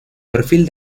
perfil